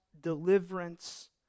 deliverance